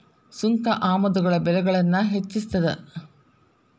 ಸುಂಕ ಆಮದುಗಳ ಬೆಲೆಗಳನ್ನ ಹೆಚ್ಚಿಸ್ತದ